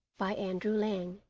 by andrew lang